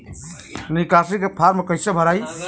निकासी के फार्म कईसे भराई?